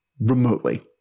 remotely